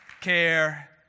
care